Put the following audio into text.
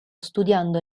studiando